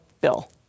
Bill